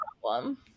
problem